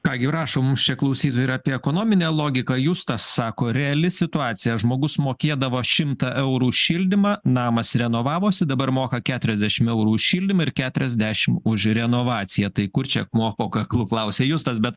ką gi rašo mums čia klausytojai ir apie ekonominę logiką justas sako reali situacija žmogus mokėdavo šimtą eurų už šildymą namas renovavosi dabar moka keturiasdešim eurų už šildymą ir keturiasdešim už renovaciją tai kur čia akmuo po kaklu klausia justas bet